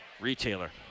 retailer